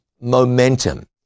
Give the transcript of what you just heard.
momentum